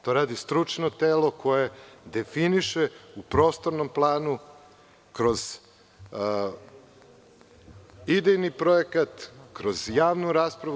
To radi stručno telo koje definiše u prostornom planu kroz idejni projekat, kroz javnu raspravu.